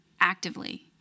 actively